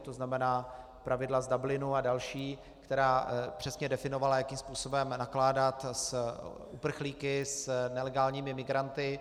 To znamená pravidla z Dublinu a další, která přesně definovala, jakým způsobem nakládat s uprchlíky, s nelegálními migranty.